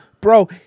bro